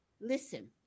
listen